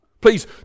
Please